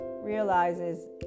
realizes